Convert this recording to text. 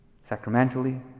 sacramentally